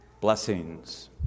blessings